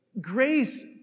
grace